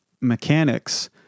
mechanics